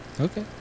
Okay